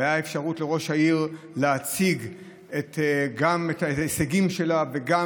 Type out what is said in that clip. והייתה אפשרות לראש העירייה גם להציג את ההישגים שלה וגם,